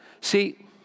See